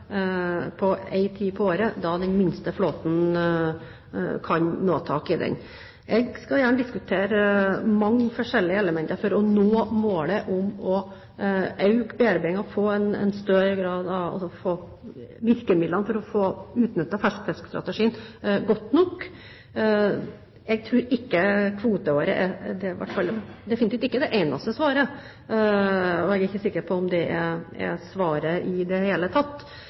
på en tid på året da den minste flåten kan få tak i den. Jeg skal gjerne diskutere mange forskjellige elementer for å nå målet om økt bearbeiding og få en større grad av virkemidler for å få utnyttet ferskfiskstrategien godt nok. Jeg tror definitivt ikke at kvoteåret er det eneste svaret, og jeg er ikke sikker på om det er svaret i det hele tatt.